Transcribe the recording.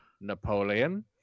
napoleon